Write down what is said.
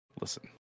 Listen